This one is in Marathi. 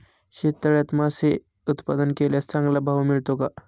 शेततळ्यात मासे उत्पादन केल्यास चांगला भाव मिळतो का?